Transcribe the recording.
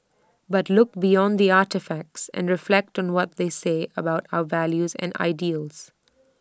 but look beyond the artefacts and reflect on what they say about our values and ideals